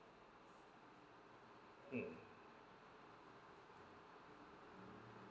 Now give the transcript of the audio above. mm